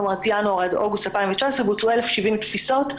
ינואר עד אוגוסט 2019 בוצעו 1070 תפיסות,